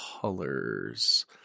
colors